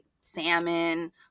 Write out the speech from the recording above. salmon